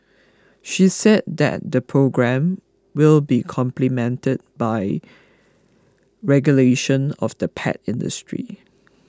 she said that the programme will be complemented by regulation of the pet industry